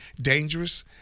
dangerous